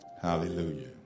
Hallelujah